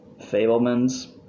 Fablemans